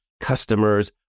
customers